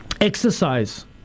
exercise